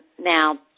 now